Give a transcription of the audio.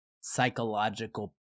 psychological